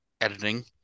editing